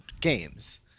games